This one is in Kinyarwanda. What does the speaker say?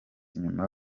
inyuma